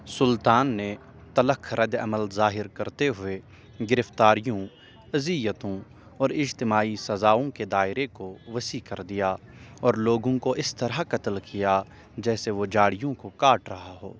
سلطان نے تلخ رد عمل ظاہر کرتے ہوئے گرفتاریوں اذیتوں اور اجتماعی سزاؤں کے دائرے کو وسیع کردیا اور لوگوں کو اس طرح قتل کیا جیسے وہ جھاڑیوں کو کاٹ رہا ہو